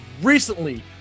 recently